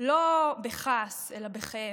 לא בכעס אלא בכאב.